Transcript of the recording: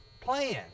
plan